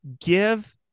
give